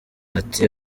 ati